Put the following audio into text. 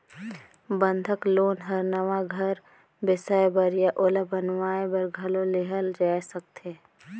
बंधक लोन हर नवा घर बेसाए बर या ओला बनावाये बर घलो लेहल जाय सकथे